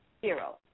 zero